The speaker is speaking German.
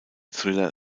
thriller